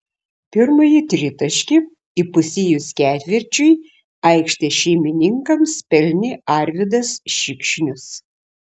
pirmąjį tritaškį įpusėjus ketvirčiui aikštės šeimininkams pelnė arvydas šikšnius